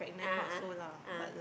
a'ah a'ah